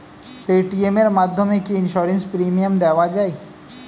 Paytm এর মাধ্যমে কি ইন্সুরেন্স প্রিমিয়াম দেওয়া যায়?